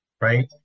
right